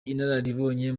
inararibonye